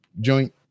joint